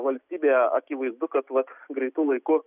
valstybėje akivaizdu kad vat greitu laiku